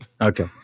Okay